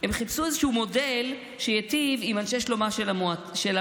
הם חיפשו איזה מודל שייטיב עם אנשי שלומה של הממשלה.